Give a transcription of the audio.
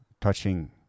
touching